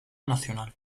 nacional